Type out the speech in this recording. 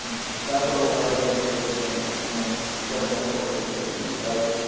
several are getting positions in governmental organizations like